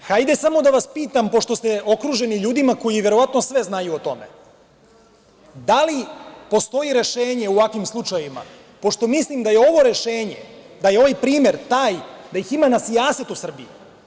Hajde samo da vas pitam, pošto ste okruženi ljudima koji verovatno sve znaju o tome, da li postoji rešenje u ovakvim slučajevima, pošto mislim da je ovo rešenje, da je ovaj primer taj, da ih ima na sijaset u Srbiji?